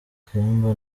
kayumba